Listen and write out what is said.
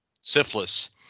syphilis